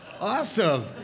awesome